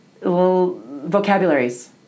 vocabularies